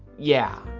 yeah,